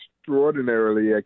extraordinarily